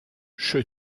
che